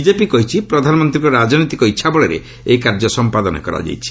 BJP କହିଛି ପ୍ରଧାନମନ୍ତ୍ରୀଙ୍କ ରାଜନୈତିକ ଇଚ୍ଛା ବଳରେ ଏହି କାର୍ଯ୍ୟ ସମ୍ପାଦନ କରାଯାଇଛି